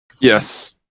Yes